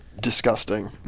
disgusting